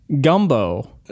gumbo